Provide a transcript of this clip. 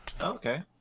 okay